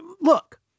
look